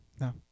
No